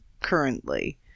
currently